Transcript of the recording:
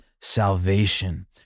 salvation